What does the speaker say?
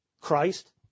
Christ